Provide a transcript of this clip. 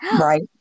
Right